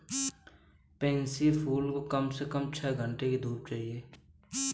pansy फूल को कम से कम छह घण्टे की धूप चाहिए